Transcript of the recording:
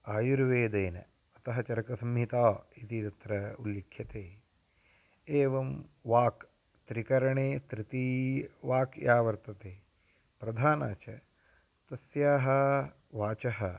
आयुर्वेदेन अतः चरकसंहिता इति तत्र उल्लिख्यते एवं वाक् त्रिकरणे तृतीया वाक् या वर्तते प्रधाना च तस्याः वाचः